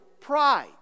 pride